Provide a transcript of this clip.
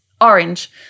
Orange